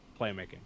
playmaking